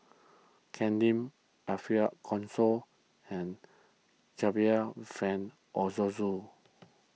Ken Lim Ariff Bongso and Percival Frank Aroozoo